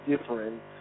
different